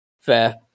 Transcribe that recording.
fair